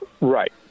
Right